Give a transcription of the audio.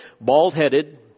bald-headed